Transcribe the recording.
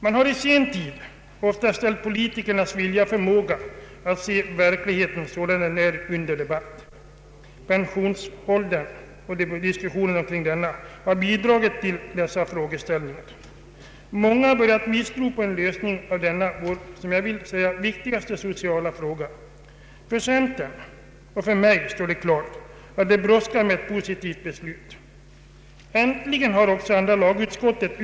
Man har under senare tid ofta satt i fråga politikernas vilja och förmåga att se verkligheten sådan den är. Pensionsåldern och diskussionerna kring denna har bidragit till detta. Många har börjat misstro att denna, som jag vill se det, viktigaste sociala fråga skall komma till en lösning. För centern och för mig står det klart att det brådskar med ett positivt beslut. Äntligen har också andra lagutskottet upptäckt att Ang.